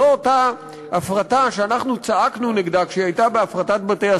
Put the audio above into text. זו אותה הפרטה שאנחנו צעקנו נגדה כשהיא הייתה בבתי-הסוהר,